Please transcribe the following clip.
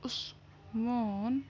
عثمان